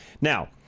Now